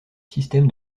système